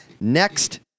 next